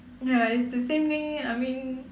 ya it's the same thing I mean